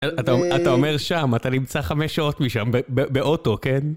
אתה אומר שם, אתה נמצא חמש שעות משם, באוטו, כן?